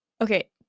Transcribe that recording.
okay